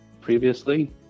previously